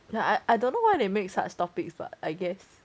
I I don't know why they make such topics leh I guess